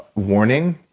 warning.